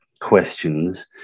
questions